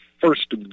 first